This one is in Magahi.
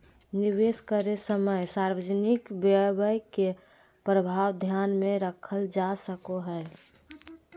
निवेश करे समय सार्वजनिक व्यय के प्रभाव ध्यान में रखल जा सको हइ